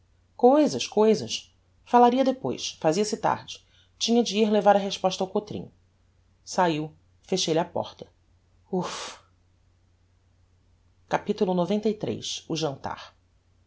coisas coisas falaria depois fazia-se tarde tinha de ir levar a resposta ao cotrim saiu fechei lhe a porta uf capitulo xciii o jantar